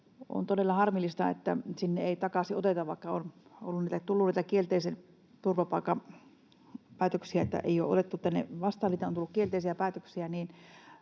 On todella harmillista, että sinne ei takaisin oteta, vaikka on tullut näitä kielteisiä turvapaikkapäätöksiä — ei ole otettu vastaan, kun on tullut kielteisiä päätöksiä.